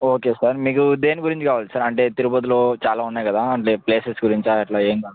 okay sir మీకు దేని గురించి కావాలి సార్ అంటే తిరుపతిలో చాలా ఉన్నాయి కదా అంటే ప్లేసెస్ గురించా అలా ఏం కా